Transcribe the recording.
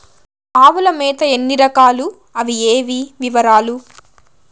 ఆవుల మేత ఎన్ని రకాలు? అవి ఏవి? వివరాలు?